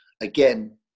again